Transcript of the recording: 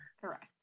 correct